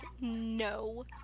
no